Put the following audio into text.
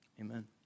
amen